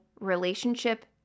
relationship